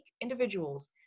individuals